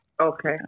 Okay